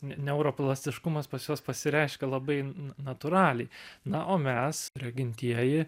n neuroplastiškumas pas juos pasireiškia labai n natūraliai na o mes regintieji